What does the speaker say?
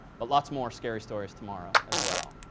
but lots more scary stories tomorrow, as well.